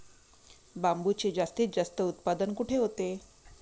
बांबूचे जास्तीत जास्त उत्पादन कुठे होते?